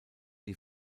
die